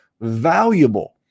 valuable